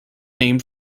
named